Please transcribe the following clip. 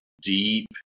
deep